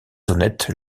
honnêtes